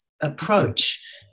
approach